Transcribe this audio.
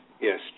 Yes